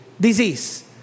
disease